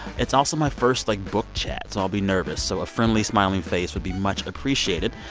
it's also my first, like, book chat, so i'll be nervous, so a friendly, smiling face would be much appreciated.